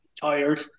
tired